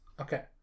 Okay